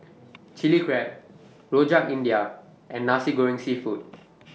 Chilli Crab Rojak India and Nasi Goreng Seafood